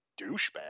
douchebag